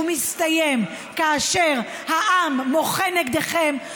הוא מסתיים כאשר העם מוחה נגדכם,